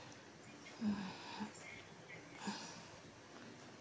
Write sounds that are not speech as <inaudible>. <breath>